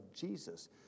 Jesus